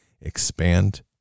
expand